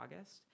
August